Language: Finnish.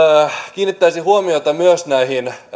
kiinnittäisin huomiota myös näihin